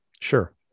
sure